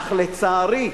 אך לצערי,